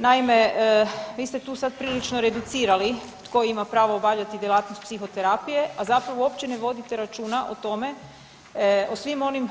Naime, vi ste tu sad prilično reducirali tko ima pravo obavljati djelatnost psihoterapije, a zapravo uopće ne vodite računa o tome o svim onim